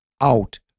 out